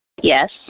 Yes